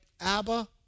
Abba